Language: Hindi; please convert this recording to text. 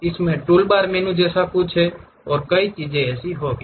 इसमें टूलबार मेन्यू जैसा कुछ होगा और कई चीजें होंगी